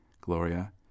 Gloria